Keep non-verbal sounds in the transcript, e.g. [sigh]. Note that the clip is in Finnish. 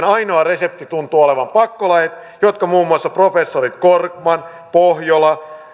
[unintelligible] ainoa resepti tuntuu olevan pakkolait joista muun muassa professorit korkman pohjola